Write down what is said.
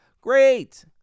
Great